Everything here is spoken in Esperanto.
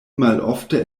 malofte